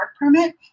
permit